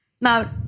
Now